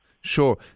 Sure